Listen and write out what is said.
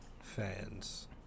fans